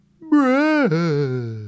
Breath